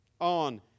on